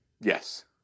Yes